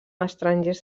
estrangers